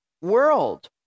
world